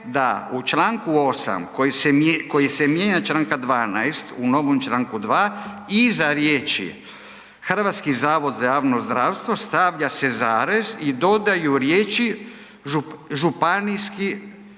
da u članku 8. kojim se mijenja članak 12. u novom članku 2. iza riječi „HZJZ“ stavlja se zarez i dodaju riječi „županijski